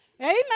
Amen